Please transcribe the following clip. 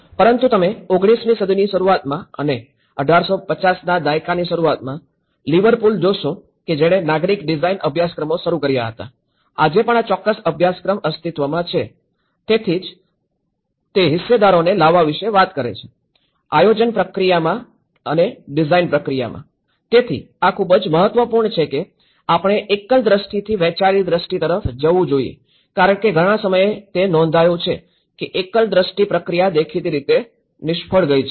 પરંતુ તમે ૧૯મી સદીની શરૂઆતમાં અને ૧૮૫૦ના દાયકાની શરૂઆતમાં લિવરપૂલ જોશો કે જેણે નાગરિક ડિઝાઇન અભ્યાસક્રમો શરૂ કર્યા છે આજે પણ આ ચોક્કસ અભ્યાસક્રમ અસ્તિત્વમાં છે તેથી જ તે હિસ્સેદારોને લાવવા વિશે વાત કરે છે આયોજન પ્રક્રિયામાં ડિઝાઇન પ્રક્રિયા તેથી આ ખૂબ જ મહત્વપૂર્ણ છે કે આપણે એકલ દ્રષ્ટિથી વહેંચેલી દ્રષ્ટિ તરફ જવું જોઈએ કારણ કે ઘણા સમયે તે નોંધાયું છે કે એકલ દ્રષ્ટિ પ્રક્રિયા દેખીતી રીતે નિષ્ફળ ગઈ છે